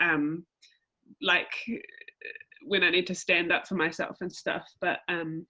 um like when i need to stand up for myself and stuff, but um